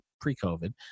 pre-COVID